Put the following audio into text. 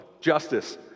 justice